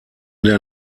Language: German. der